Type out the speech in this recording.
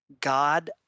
God